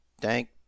thank